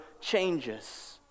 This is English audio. changes